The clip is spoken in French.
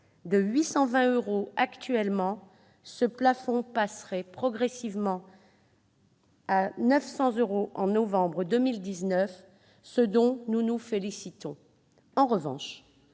De 820 euros actuellement, ce plafond passerait progressivement à 900 euros en novembre 2019, ce dont nous nous félicitons. En revanche,